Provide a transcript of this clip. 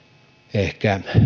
ehkä